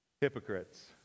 Hypocrites